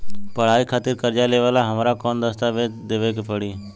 पढ़ाई खातिर कर्जा लेवेला हमरा कौन दस्तावेज़ देवे के पड़ी?